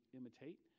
imitate